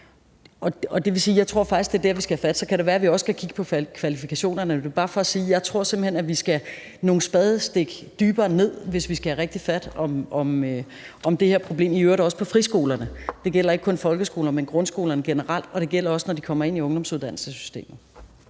og faktisk tror jeg, at det er der, vi skal have fat. Så kan det også være, at vi skal kigge på kvalifikationerne. Men det er bare for at sige, at jeg simpelt hen tror, at vi skal nogle spadestik dybere ned, hvis vi skal have rigtig fat om det her problem, i øvrigt også på friskolerne. Det gælder ikke kun folkeskolerne, men grundskolerne generelt, og det gælder også, når de kommer ind i ungdomsuddannelsessystemet.